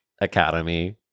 academy